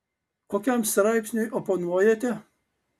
kokiam straipsniui oponuojate